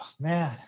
man